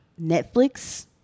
Netflix